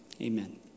Amen